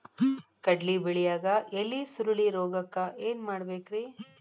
ಕಡ್ಲಿ ಬೆಳಿಯಾಗ ಎಲಿ ಸುರುಳಿರೋಗಕ್ಕ ಏನ್ ಮಾಡಬೇಕ್ರಿ?